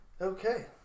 Okay